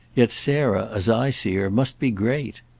yet sarah, as i see her, must be great.